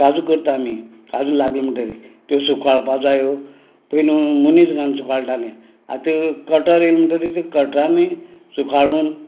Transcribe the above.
काजू करता आमी काजू लागली म्हणटरी त्यो साकाळपा जायो पयनू मनीस घान सुकाळटाले आतां कटर येलें म्हणटरी ते कटरानी सुकाळून